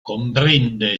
comprende